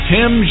Tim